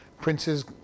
princes